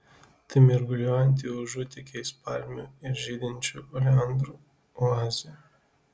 tai mirguliuojanti užutėkiais palmių ir žydinčių oleandrų oazė